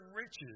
riches